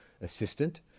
assistant